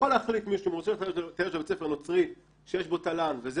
יכול להחליט מישהו --- שבית ספר נוצרי שיש בו תל"ן וזה